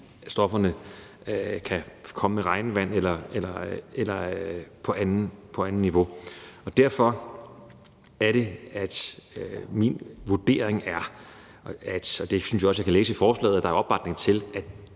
hen kan komme med regnvandet eller på anden måde. Derfor er det min vurdering – og det synes jeg også at jeg kan læse i forslaget at der er opbakning til – at